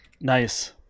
nice